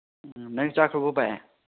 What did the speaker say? ꯑꯥ ꯅꯪ ꯆꯥꯛ ꯇꯣꯛꯄ꯭ꯔꯣ ꯚꯥꯏ